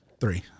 three